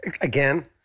Again